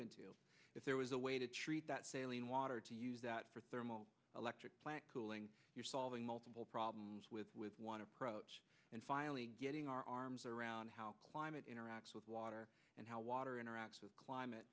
and if there was a way to treat that sailing water to use that for thermal electric plant cooling you're solving multiple problems with one approach and finally getting our arms around how climate interacts with water and how water interacts with climate